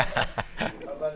גם לך,